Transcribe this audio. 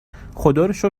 خداروشکر